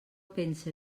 pense